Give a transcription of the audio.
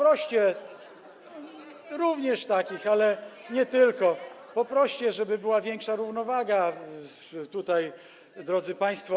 również takich, ale nie tylko, poproście, żeby była większa równowaga tutaj, drodzy państwo.